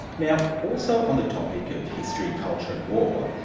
now also on the topic of history, culture and war,